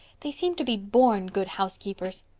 they seem to be born good housekeepers.